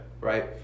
Right